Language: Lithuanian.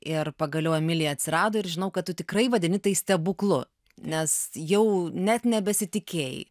ir pagaliau emilija atsirado ir žinau kad tu tikrai vadini tai stebuklu nes jau net nebesitikėjai